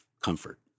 comfort